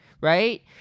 right